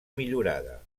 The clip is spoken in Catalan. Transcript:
millorada